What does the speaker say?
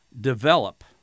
develop